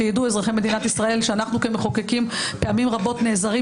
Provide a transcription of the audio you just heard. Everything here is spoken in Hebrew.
שיידעו אזרחי מדינת ישראל שאנחנו חברי הכנסת פעמים רבות נעזרים